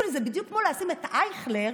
זה בדיוק כמו לשים את אייכלר